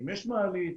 יש או אין מעלית?